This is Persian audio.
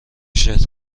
شرت